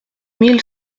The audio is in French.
mille